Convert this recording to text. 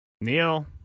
Neil